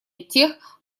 тех